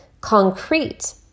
concrete